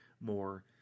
more